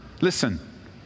Listen